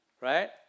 Right